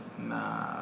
Nah